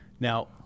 Now